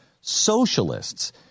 socialists